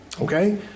Okay